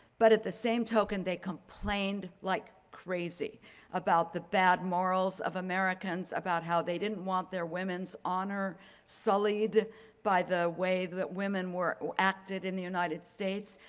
but at the same token they complained like crazy about the bad morals of americans, about how they didn't want their women's honor sullied by the way that women acted in the united states,